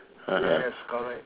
(uh huh)